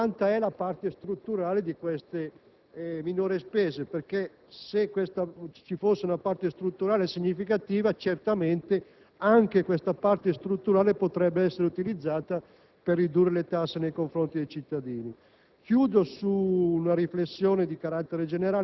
Anche su questo aspetto sarebbe interessante conoscere quanta è la parte strutturale di queste minori spese: infatti, se ci fosse una parte strutturale significativa, certamente anch'essa potrebbe essere utilizzata